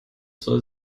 soll